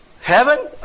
Heaven